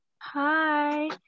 Hi